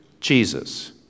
Jesus